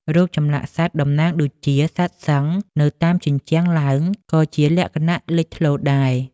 រូបចម្លាក់សត្វតំណាងដូចជា សត្វសិង្ហ នៅតាមជណ្ដើរឡើង ក៏ជាលក្ខណៈលេចធ្លោដែរ។